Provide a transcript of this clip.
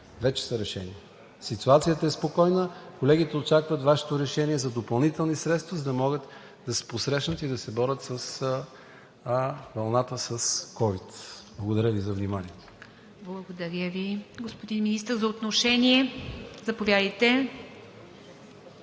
вече са решени. Ситуацията е спокойна. Колегите очакват Вашето решение за допълнителни средства, за да могат да посрещнат и да се борят с вълната с COVID-19. Благодаря Ви за вниманието. ПРЕДСЕДАТЕЛ ИВА МИТЕВА: Благодаря Ви, господин Министър. За отношение? Заповядайте,